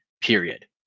period